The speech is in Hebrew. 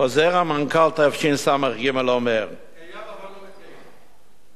חוזר המנכ"ל תשס"ג אומר, קיים, אבל לא מתקיים.